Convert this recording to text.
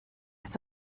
ist